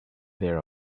their